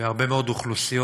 בהרבה מאוד אוכלוסיות